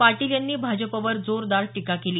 पाटील यांनी भाजपवर जोरदार टीका केली